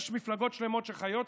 יש מפלגות שלמות שחיות שם,